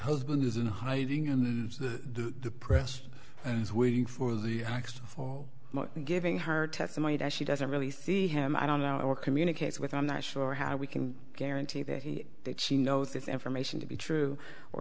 husband is in hiding and the press is waiting for the next fall and giving her testimony that she doesn't really see him i don't know or communicates with i'm not sure how we can guarantee that he that she knows this information to be true or